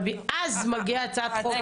לא, אבל אז מגיעה הצעת החוק הפלילי.